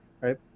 right